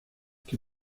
que